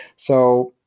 so,